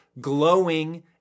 glowing